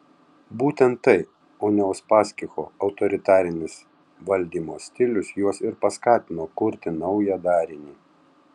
būtent tai o ne uspaskicho autoritarinis valdymo stilius juos ir paskatino kurti naują darinį